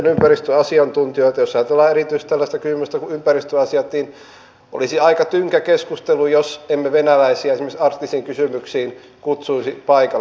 jos ajatellaan erityisesti tällaista kysymystä kuin ympäristöasiat niin olisi aika tynkä keskustelu jos emme venäläisiä esimerkiksi arktisiin kysymyksiin kutsuisi paikalle